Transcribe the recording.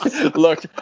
Look